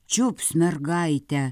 čiups mergaitę